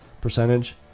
percentage